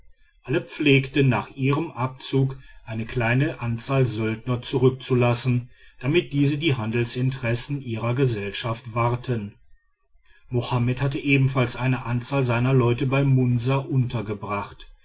alle pflegten nach ihrem abzug eine kleine anzahl söldner zurückzulassen damit diese die handelsinteressen ihrer gesellschaft wahrten mohammed hatte ebenfalls eine anzahl seiner leute bei munsa untergebracht